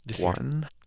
One